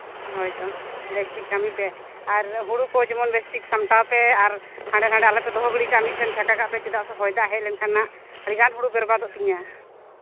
ᱦᱳᱭ ᱛᱚ ᱵᱮᱥᱴᱷᱤᱠ ᱠᱟᱹᱢᱤ ᱯᱮ ᱟᱨ ᱦᱩᱲᱩ ᱠᱚ ᱡᱮᱢᱚᱱ ᱵᱮᱥᱴᱷᱤᱠ ᱥᱟᱢᱴᱟᱣ ᱯᱮ ᱟᱨ ᱦᱟᱸᱰᱮᱼᱱᱟᱰᱮ ᱟᱞᱚᱯᱮ ᱫᱚᱦᱚ ᱜᱤᱲᱤ ᱠᱟᱜᱼᱟ ᱢᱤᱫ ᱴᱷᱮᱱ ᱡᱷᱟᱠᱟ ᱠᱟᱜ ᱯᱮ ᱟᱨ ᱪᱮᱫᱟᱜ ᱥᱮ ᱦᱚᱭ ᱫᱟᱜ ᱦᱮᱡᱽ ᱞᱮᱱ ᱠᱷᱟᱱ ᱦᱟᱸᱜ ᱟᱹᱰᱤ ᱜᱟᱱ ᱦᱩᱲᱩ ᱵᱮᱨᱵᱟᱫᱚᱜ ᱛᱤᱧᱟᱹ